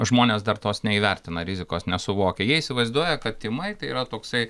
žmonės dar tos neįvertina rizikos nesuvokia jie įsivaizduoja kad tymai tai yra toksai